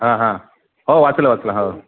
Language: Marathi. हां हां हो वाचलं वाचलं हाव